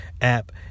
app